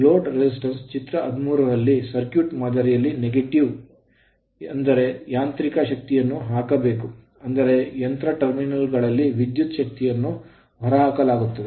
load resistance ಪ್ರತಿರೋಧವು ಚಿತ್ರ 13 ರ ಸರ್ಕ್ಯೂಟ್ ಮಾದರಿಯಲ್ಲಿ negative ನಕಾರಾತ್ಮಕವಾಗಿದೆ ಅಂದರೆ ಯಾಂತ್ರಿಕ ಶಕ್ತಿಯನ್ನು ಹಾಕಬೇಕು ಆದರೆ ಯಂತ್ರ ಟರ್ಮಿನಲ್ ಗಳಲ್ಲಿ ವಿದ್ಯುತ್ ಶಕ್ತಿಯನ್ನು ಹೊರಹಾಕಲಾಗುತ್ತದೆ